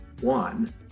one